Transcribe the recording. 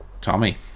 Tommy